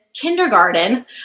kindergarten